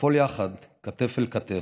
לפעול יחד, כתף אל כתף.